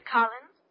Collins